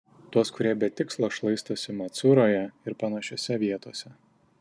tuos kurie be tikslo šlaistosi macuroje ir panašiose vietose